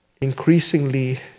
increasingly